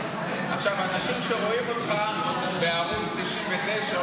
אנשים שרואים אותך עכשיו בערוץ 99,